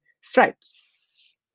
stripes